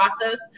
process